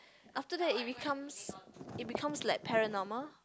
after that it becomes it becomes like paranormal